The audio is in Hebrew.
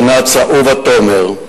תנ"צ אהובה תומר,